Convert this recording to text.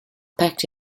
packed